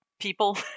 People